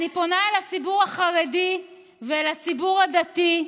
אני פונה אל הציבור החרדי ואל הציבור הדתי,